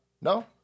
No